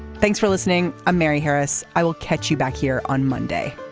thanks for listening. i'm mary harris. i will catch you back here on monday